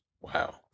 Wow